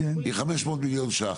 היא 500 מיליון שקלים.